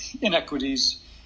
inequities